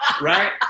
right